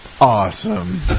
Awesome